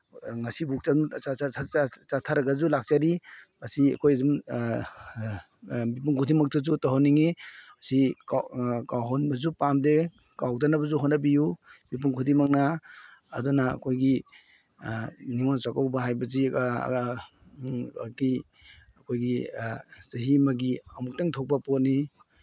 ꯉꯁꯤꯕꯧꯇ ꯑꯗꯨꯝ ꯆꯠꯊꯔꯒꯁꯨ ꯂꯥꯛꯆꯔꯤ ꯑꯁꯤ ꯑꯩꯈꯣꯏ ꯑꯗꯨꯝ ꯃꯤꯄꯨꯝ ꯈꯨꯗꯤꯡꯃꯛꯇꯁꯨ ꯇꯧꯍꯟꯅꯤꯡꯉꯤ ꯑꯁꯤ ꯀꯥꯎꯍꯟꯕꯁꯨ ꯄꯥꯝꯗꯦ ꯀꯥꯎꯗꯅꯕꯁꯨ ꯍꯣꯠꯅꯕꯤꯌꯨ ꯃꯤꯄꯨꯝ ꯈꯨꯗꯤꯡꯃꯛꯅ ꯑꯗꯨꯅ ꯑꯩꯈꯣꯏꯒꯤ ꯅꯤꯡꯉꯣꯟ ꯆꯥꯛꯀꯧꯕ ꯍꯥꯏꯕꯁꯤ ꯑꯩꯈꯣꯏꯒꯤ ꯆꯍꯤ ꯑꯃꯒꯤ ꯑꯃꯨꯛꯇꯪ ꯊꯣꯛꯄ ꯄꯣꯠꯅꯤ